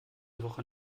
woche